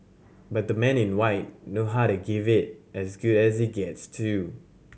but the Men in White know how to give it as good as it gets too